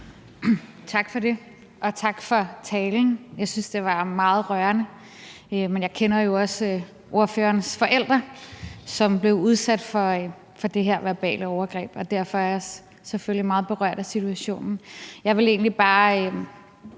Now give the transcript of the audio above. Tak for det, og tak for talen. Jeg synes, det var meget rørende, men jeg kender jo også ordførerens forældre, som blev udsat for det her verbale overgreb, og derfor er jeg selvfølgelig også meget berørt af situationen. Jeg vil egentlig bare